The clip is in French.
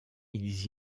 ils